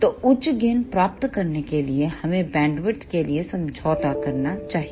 तो उच्च गेन प्राप्त करने के लिए हमें बैंडविड्थ के लिए समझौता करना चाहिए